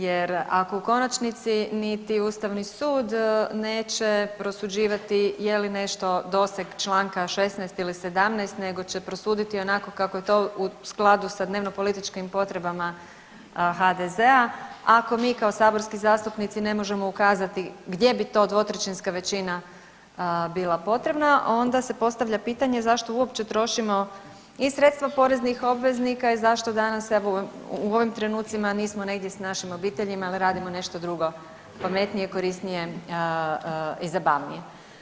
Jer ako u konačnici niti Ustavni sud neće prosuđivati je li nešto doseg čl.16. ili 17. nego će prosuditi onako kako je to u skladu sa dnevno političkim potrebama HDZ-a, ako mi kao saborski zastupnici ne možemo ukazati gdje bi to dvotrećinska većina bila potrebna onda se postavlja pitanje zašto uopće trošimo i sredstva poreznih obveznika i zašto danas evo u ovim trenucima nismo negdje s našim obiteljima ili radimo nešto drugo, pametnije i korisnije i zabavnije.